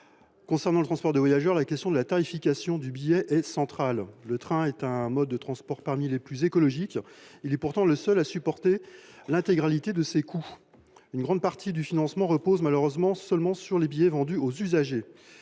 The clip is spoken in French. ce dernier point, la question de la tarification du billet est centrale. Le train est un mode de transport parmi les plus écologiques. Il est pourtant le seul à supporter l’intégralité de ses coûts. Une grande partie du financement repose, malheureusement, sur les seuls billets vendus aux usagers.